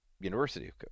university